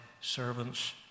servants